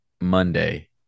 Monday